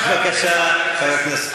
בבקשה, חבר הכנסת פרי.